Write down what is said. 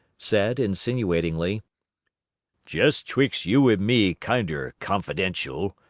said insinuatingly jest twixt you and me kinder confidential,